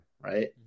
right